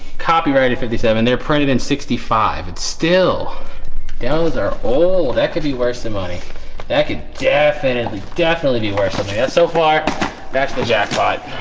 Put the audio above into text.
copyrighted fifty seven they're printed in sixty five. it's still yeah those are old that could be worse than money that could definitely definitely be worth something. that's so far that's the jackpot.